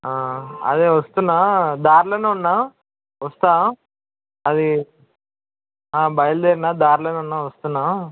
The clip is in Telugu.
అదే వస్తున్నాను దారిలో ఉన్నాను వస్తాను అది బయలుదేరిన దారిలో ఉన్నాను వస్తున్నాను